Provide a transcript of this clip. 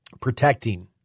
protecting